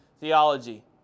theology